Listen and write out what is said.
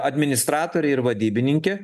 administratorė ir vadybininkė